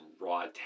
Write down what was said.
raw